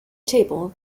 table